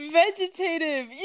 vegetative